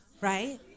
right